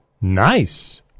Nice